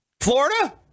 Florida